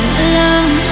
alone